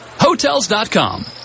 Hotels.com